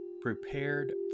prepared